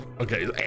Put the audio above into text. Okay